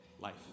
life